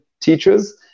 teachers